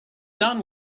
done